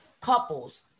couples